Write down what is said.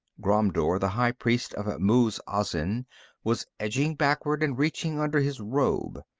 ghromdur, the high priest of muz-azin, was edging backward and reaching under his robe.